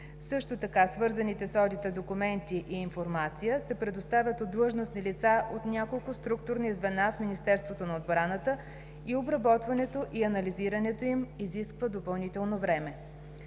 Също така свързаните с одита документи и информация се предоставят от длъжностни лица от няколко структурни звена в Министерството на отбраната и обработването и анализирането им изисква допълнително време.